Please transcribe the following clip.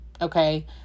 okay